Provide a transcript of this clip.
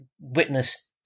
witness